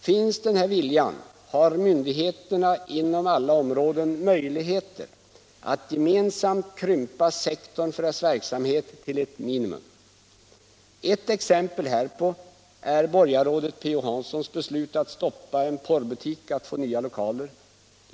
Finns denna vilja har myndigheterna inom alla områden möjlighet att gemensamt krympa sektorn för denna brottsliga verksamhet till ett minimum. Ett av bevisen härpå är borgarrådet P.-O. Hansons beslut att hindra en porrbutik från att få nya lokaler.